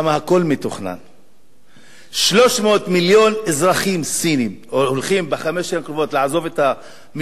300 מיליון אזרחים סינים הולכים בחמש השנים הקרובות לעזוב את מישור החוף